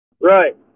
Right